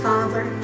Father